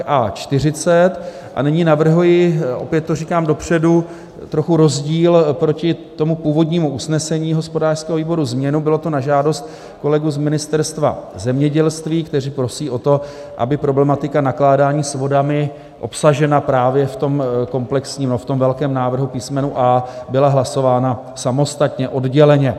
A nyní navrhuji, opět to říkám dopředu, trochu rozdíl proti tomu původnímu usnesení hospodářského výboru, změnu, bylo to na žádost kolegů z Ministerstva zemědělství, kteří prosí o to, aby problematika nakládání s vodami obsažená právě v tom velkém návrhu, písmenu A, byla hlasována samostatně, odděleně.